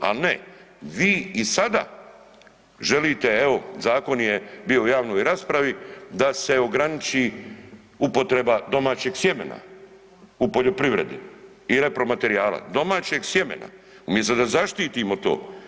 Al ne, vi i sada želite evo zakon je bio u javnoj raspravi, da se ograniči upotreba domaćeg sjemena u poljoprivredi i repromaterijala, domaćeg sjemena umjesto da zaštitimo to.